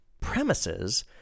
premises